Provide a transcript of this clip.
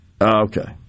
Okay